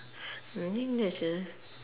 I think that's a